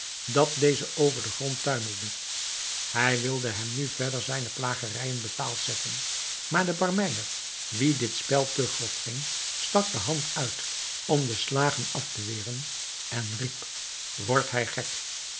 dat deze over den grond tuimelde hij wilde hem nu verder zijne plagerijen betaald zetten maar de barmeyer wien dit spel te grof ging stak de hand uit om de slagen af te weren en riep wordt gij gek